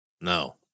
No